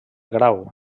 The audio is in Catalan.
grau